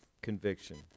conviction